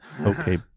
Okay